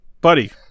buddy